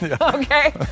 Okay